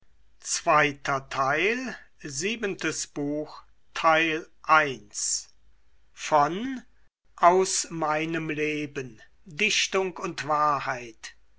goethe aus meinem leben dichtung und wahrheit